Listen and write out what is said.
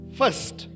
first